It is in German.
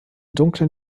dunklen